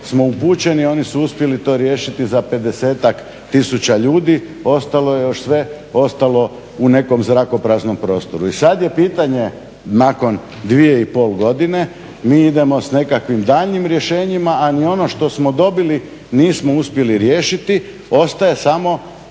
smo upućeni oni su uspjeli to riješiti za 50-ak tisuća ljudi, ostalo je još sve u nekom zrakopraznom prostoru. I sada je pitanje nakon 2,5 godine, mi idemo sa nekakvim daljnjim rješenjima a ni ono što smo dobili nismo uspjeli riješiti. Ostaje samo